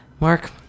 Mark